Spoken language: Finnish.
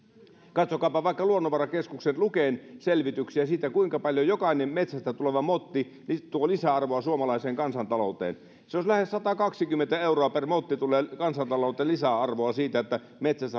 katsokaapa vaikka luonnonvarakeskuksen luken selvityksiä siitä kuinka paljon jokainen metsästä tuleva motti tuo lisäarvoa suomalaiseen kansantalouteen lähes satakaksikymmentä euroa per motti tulee kansantalouteen lisäarvoa siitä että